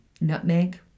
nutmeg